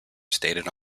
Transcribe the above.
stated